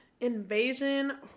invasion